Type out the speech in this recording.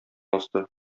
асты